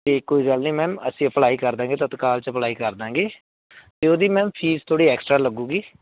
ਇਹ ਕੋਈ ਗੱਲ ਨਹੀਂ ਮੈਮ ਅਸੀਂ ਅਪਲਾਈ ਕਰ ਦਾਂਗੇ ਤਤਕਾਲ 'ਚ ਅਪਲਾਈ ਕਰ ਦਾਂਗੇ ਅਤੇ ਉਹਦੀ ਮੈਮ ਫੀਸ ਥੋੜ੍ਹੀ ਐਕਸਟਰਾ ਲੱਗੂਗੀ